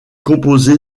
composé